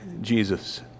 Jesus